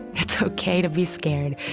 it's ok to be scared.